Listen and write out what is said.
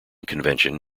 convention